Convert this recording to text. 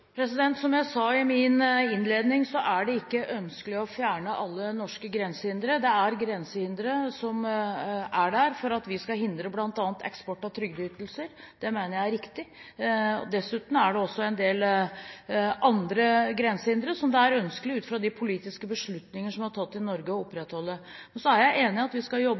Som jeg sa i min innledning, er det ikke ønskelig å fjerne alle norske grensehindre. Grensehindrene er der for at vi skal hindre bl.a. eksport av trygdeytelser. Det mener jeg er riktig. Dessuten er det også en del andre grensehindre som det er ønskelig – ut fra de politiske beslutninger som er tatt i Norge – å opprettholde. Men så er jeg enig i at vi skal jobbe